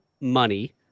money